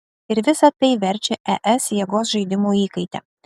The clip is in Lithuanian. ir visa tai verčia es jėgos žaidimų įkaite